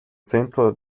zehntel